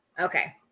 Okay